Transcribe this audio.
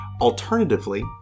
Alternatively